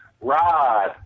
Rod